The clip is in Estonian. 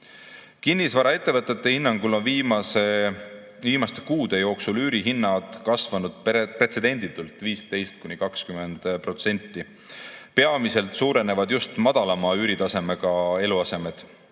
Kinnisvaraettevõtete hinnangul on viimaste kuude jooksul üürihinnad kasvanud pretsedenditult 15–20%. Peamiselt [kallinevad] just [seni] madalama üüritasemega eluasemed.